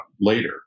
later